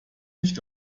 nicht